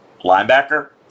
Linebacker